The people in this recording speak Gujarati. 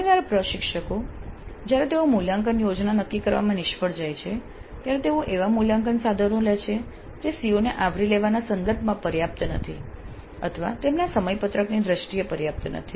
ઘણીવાર પ્રશિક્ષકો જ્યારે તેઓ મૂલ્યાંકન યોજના નક્કી કરવામાં નિષ્ફળ જાય છે ત્યારે તેઓ એવા મૂલ્યાંકન સાધનો લે છે જે CO ને આવરી લેવાના સંદર્ભમાં પર્યાપ્ત નથી અથવા તેમના સમયપત્રકની દ્રષ્ટિએ પર્યાપ્ત નથી